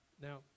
now